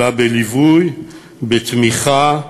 אלא בליווי, בתמיכה,